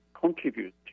contribute